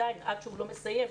עד שהוא לא מסיים,